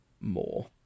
more